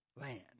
land